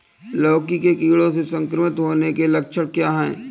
लौकी के कीड़ों से संक्रमित होने के लक्षण क्या हैं?